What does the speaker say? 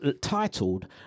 titled